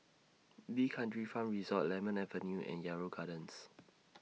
D'Kranji Farm Resort Lemon Avenue and Yarrow Gardens